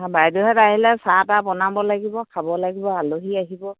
বাইদেউহঁত আহিলে চাহ তাহ বনাব লাগিব খাব লাগিব আলহী আহিব